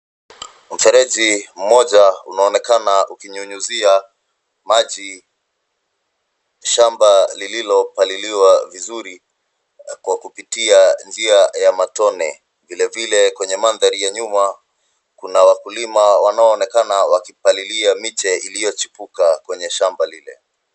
Mfereji mmoja unaonekana ukinyunyizia maji shamba lililopaliliwa vizuri kwa kupitia njia ya matone. Vile vile kwenye mandhari ya nyuma kuna wakulima wanaonekana wakipalilia miche iliochipuka kwenye shamba lile.